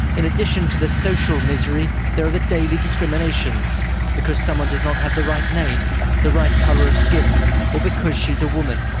in addition to the social misery there are the daily discriminations because someone does not have the right name the right colour of skin or because she is a woman.